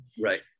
Right